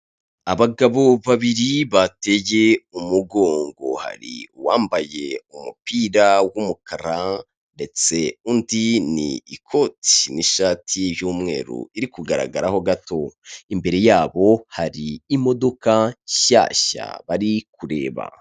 Abagabo babiri batege umugongo hari uwambaye umupira w'umukara ndetse undi ni ikoti n'ishati y'umweru iri kugaragaraho gato imbere yabo hari imodoka nshyashya bari kureba.